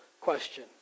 question